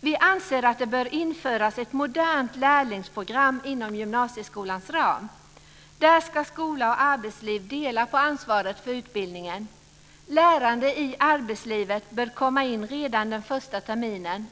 Vi anser att det bör införas ett modernt lärlingsprogram inom gymnasieskolans ram. Där ska skola och arbetsliv dela på ansvaret för utbildningen. Lärande i arbetslivet bör komma in redan den första terminen.